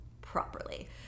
properly